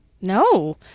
No